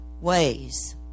ways